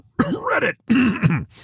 Reddit